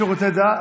לשירותי דת.